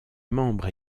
membre